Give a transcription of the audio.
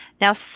Now